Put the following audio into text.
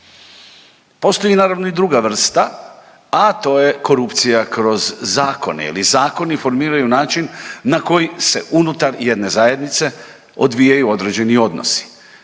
Postoji naravno i druga vrsta, a to je korupcija kroz zakone. Jer zakoni formiraju način na koji se unutar jedne zajednice odvijaju određeni odnosi.